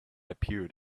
appeared